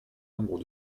nombre